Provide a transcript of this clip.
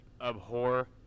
abhor